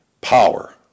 power